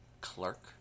Clerk